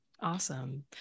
Awesome